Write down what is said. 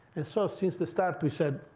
and so since the start, we said,